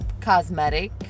cosmetic